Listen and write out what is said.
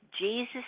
Jesus